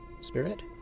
Spirit